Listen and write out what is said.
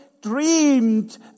Dreamed